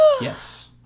Yes